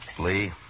Lee